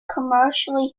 commercially